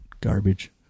garbage